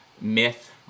myth